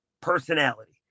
personality